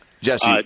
Jesse